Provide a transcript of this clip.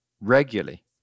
Regularly